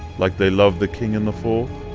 like they loved the king in the fourth?